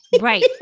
right